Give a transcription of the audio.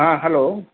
हँ हैलो